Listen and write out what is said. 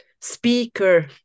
Speaker